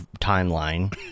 timeline